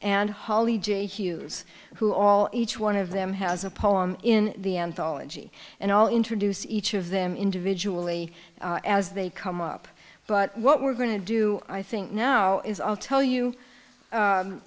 and holly hughes who all each one of them has a poem in the anthology and all introduce each of them individually as they come up but what we're going to do i think now is i'll tell you